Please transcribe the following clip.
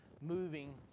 moving